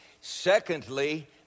Secondly